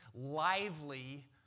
lively